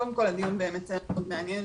קודם כל הדיון באמת היה מאוד מעניין.